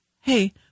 hey